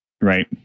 Right